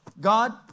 God